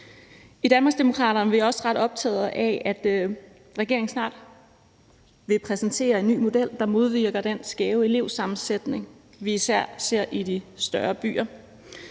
I Danmarksdemokraterne er vi også ret optaget af, at regeringen snart vil præsentere en ny model, der modvirker den skæve elevsammensætning, vi især ser i de større byer.